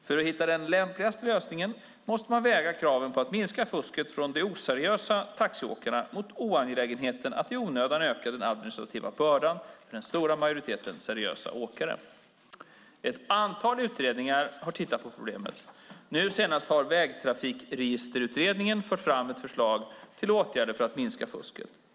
För att hitta den lämpligaste lösningen måste man väga kraven på att minska fusket från de oseriösa taxiåkarna mot olägenheten av att i onödan öka den administrativa bördan för den stora majoriteten seriösa åkare. Ett antal utredningar har tittat på problemet. Nu senast har Vägtrafikregisterutredningen fört fram ett förslag till åtgärder för att minska fusket.